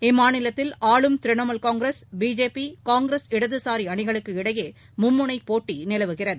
இம்மாநிலத்தில் ஆளும் Trinamool Congress BJP Congress இடதுசாரி அணிகளுக்கு இடையே மும்முனைப் போட்டி நிலவுகிறது